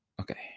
okay